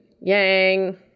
Yang